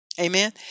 Amen